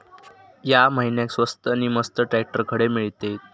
या महिन्याक स्वस्त नी मस्त ट्रॅक्टर खडे मिळतीत?